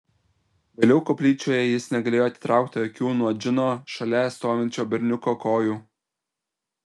vėliau koplyčioje jis negalėjo atitraukti akių nuo džino šalia stovinčio berniuko kojų